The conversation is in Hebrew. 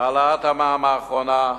העלאת המע"מ האחרונה,